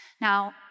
Now